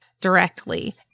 directly